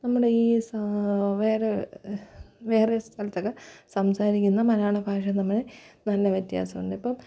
നമ്മുടെ ഈ സാ വേറെ വേറെ സ്ഥലത്തൊക്കെ സംസാരിക്കുന്ന മലയാളഭാഷ തമ്മിൽ നല്ല വ്യത്യാസം ഉണ്ട് ഇപ്പം